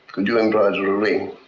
could you embroider a ring?